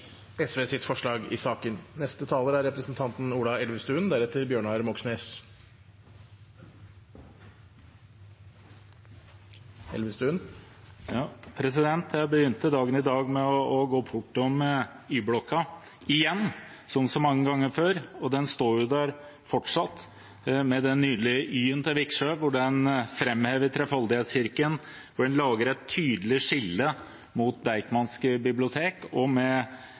forslag i saken. Jeg begynte dagen i dag med å gå bortom Y-blokka – igjen, som så mange ganger før – og den står der fortsatt, med den nydelige Y-en til Viksjø, som framhever Trefoldighetskirken og lager et tydelig skille mot Deichmanske bibliotek og med